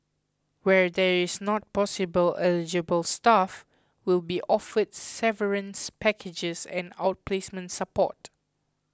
where there is not possible eligible staff will be offered severance packages and outplacement support